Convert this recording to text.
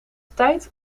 tijd